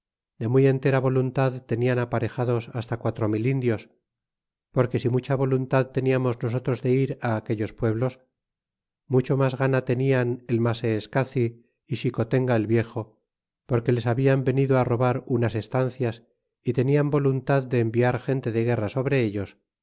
de muy entera voluntad tenian aparejados hasta quatro mil indios porque si mucha voluntad teniamos nosotros de ir aquellos pueblos mucho mas gana tenian el maseescacl y xicotenga el viejo porque les hablan venido robar unas estancias y tenian voluntad de enviar gente de guerra sobre ellos